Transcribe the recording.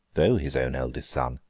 though his own eldest son.